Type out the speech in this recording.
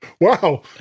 wow